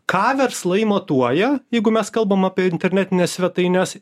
ką verslai matuoja jeigu mes kalbam apie internetines svetaines